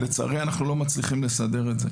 לצערי, אנחנו לא מצליחים לסדר את זה.